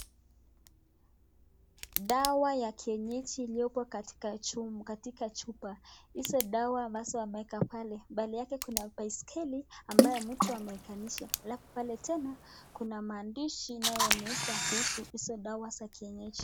Dawa ya kienyeji iliyopo katika chupa hizo dawa ambazo ameweka pale mbele yake kuna baiskeli ambayo mtu amewekanisha alafu pale tena kuna maandishi inayoonyesha kuhusu hizo dawa za kienyeji.